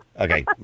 Okay